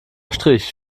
strich